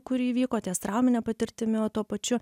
kuri įvyko ties traumine patirtimi o tuo pačiu